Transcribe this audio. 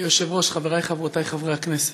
אדוני היושב-ראש, חברי וחברותי חברי הכנסת,